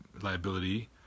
liability